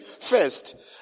first